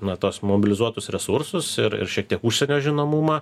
na tuos mobilizuotus resursus ir ir šiek tiek užsienio žinomumą